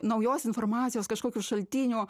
naujos informacijos kažkokių šaltinių